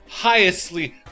highestly